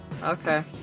Okay